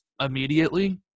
immediately